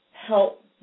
Help